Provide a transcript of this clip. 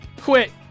quit